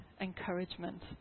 encouragement